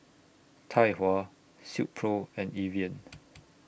Tai Hua Silkpro and Evian